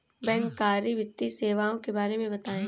बैंककारी वित्तीय सेवाओं के बारे में बताएँ?